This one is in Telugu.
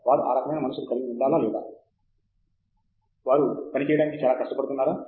వారు ఆ రకమైన మనస్సును కలిగి ఉండాలా లేదా ఉండాలి వారు పరిశోధన చేయటానికి చాలా కష్టపడుతున్నారా